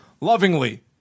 lovingly